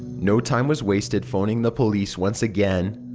no time was wasted phoning the police once again.